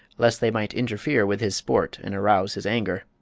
lest they might interfere with his sport and arouse his anger.